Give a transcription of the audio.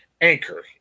Anchor